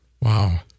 Wow